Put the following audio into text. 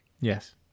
Yes